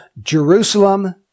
Jerusalem